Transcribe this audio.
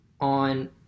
on